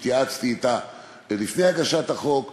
שהתייעצתי אתה לפני הגשת החוק,